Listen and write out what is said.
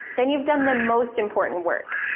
then you've done the most important work.